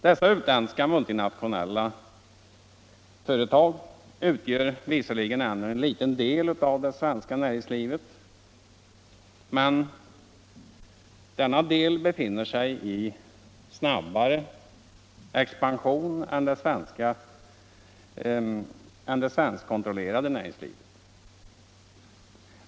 Dessa utländska multiföretag utgör visserligen ännu en liten del av det svenska näringslivet, men denna del befinner sig i snabbare expansion än det svenskkontrollerade näringslivet.